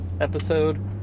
episode